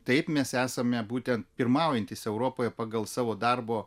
taip mes esame būtent pirmaujantys europoje pagal savo darbo